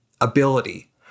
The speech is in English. ability